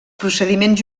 procediments